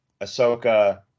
Ahsoka